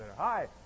Hi